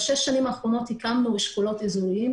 בשש השנים האחרונות הקמנו אשכולות אזוריים,